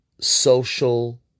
social